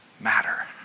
matter